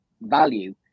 value